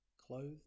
clothed